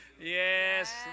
yes